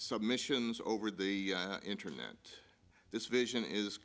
submissions over the internet this vision is